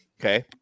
Okay